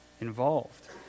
involved